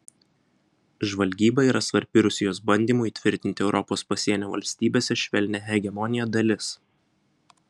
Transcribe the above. žvalgyba yra svarbi rusijos bandymų įtvirtinti europos pasienio valstybėse švelnią hegemoniją dalis